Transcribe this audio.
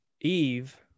Eve